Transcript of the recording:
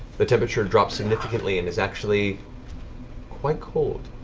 the temperature drops significantly and is actually quite cold.